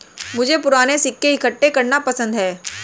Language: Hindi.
मुझे पूराने सिक्के इकट्ठे करना पसंद है